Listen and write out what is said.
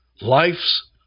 Life's